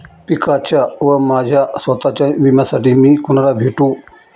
पिकाच्या व माझ्या स्वत:च्या विम्यासाठी मी कुणाला भेटू?